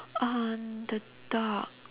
uh the dog